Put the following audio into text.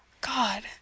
God